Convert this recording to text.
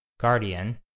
Guardian